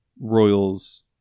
royals